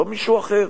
לא מישהו אחר.